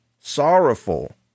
sorrowful